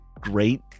great